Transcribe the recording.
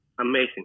amazing